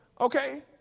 Okay